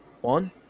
one